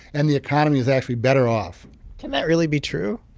and the economy is actually better off can that really be true?